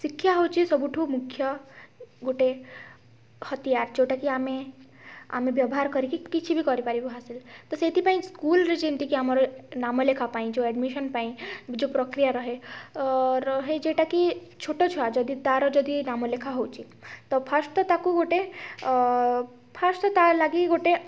ଶିକ୍ଷା ହେଉଛି ସବୁଠୁ ମୁଖ୍ୟ ଗୋଟେ ହତିଆର ଯେଉଁଟାକି ଆମେ ଆମେ ବ୍ୟବହାର କରିକି କିଛି ବି କରିପାରିବୁ ହାସିଲ୍ ତ ସେଇଥିପାଇଁ ସ୍କୁଲ୍ରେ ଯେମିତିକି ଆମର ନାମ ଲେଖା ପାଇଁ ଯେଉଁ ଆଡ଼୍ମିସନ୍ ପାଇଁ ଯେଉଁ ପ୍ରକ୍ରିୟା ରୁହେ ଅ ରୁହେ ଯେଉଁଟାକି ଛୋଟ ଛୁଆ ଯଦି ତା'ର ଯଦି ନାମ ଲେଖା ହେଉଛି ତ ଫାଷ୍ଟ ତ ତାକୁ ଗୋଟେ ଫାଷ୍ଟ ତା' ଲାଗି ଗୋଟେ